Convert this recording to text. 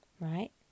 Right